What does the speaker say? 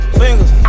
fingers